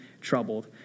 troubled